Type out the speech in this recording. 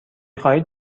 خواهید